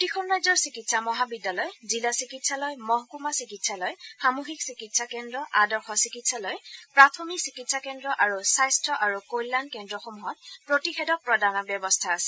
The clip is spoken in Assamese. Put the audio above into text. প্ৰতিখন ৰাজ্যৰ চিকিৎসা মহাবিদ্যালয় জিলা চিকিৎসালয় মহকুমা চিকিৎসালয় সামূহিক চিকিৎসা কেন্দ্ৰ আদৰ্শ চিকিৎসালয় প্ৰাথমিক চিকিৎসা কেন্দ্ৰ আৰু স্বাস্থ্য আৰু কল্যাণ কেন্দ্ৰসমূহত প্ৰতিষেধক প্ৰদানৰ ব্যৱস্থা আছে